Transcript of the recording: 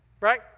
right